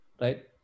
Right